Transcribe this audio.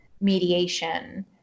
mediation